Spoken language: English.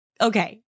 okay